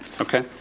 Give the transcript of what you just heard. Okay